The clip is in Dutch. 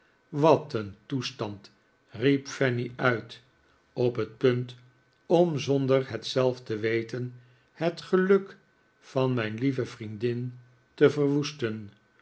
wat een toestand riep fanny uit op het punt om zonder het zelf te weten het geluk van mijn lieve vriendin te verwoesten